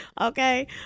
Okay